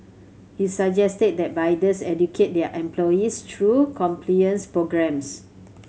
he suggested that bidders educate their employees through compliance programmes